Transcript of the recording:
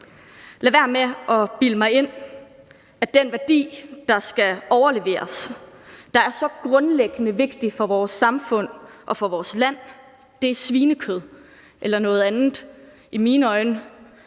Lad være med at bilde mig ind, at den værdi, der skal overleveres, der er så grundlæggende vigtig for vores samfund og for vores land, er svinekød eller noget andet. Det er i mine øjne